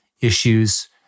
issues